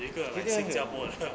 有一个 like 新加坡人 ah